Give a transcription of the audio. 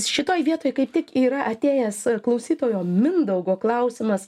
šitoj vietoj kaip tik yra atėjęs klausytojo mindaugo klausimas